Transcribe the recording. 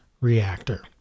reactor